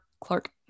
Clark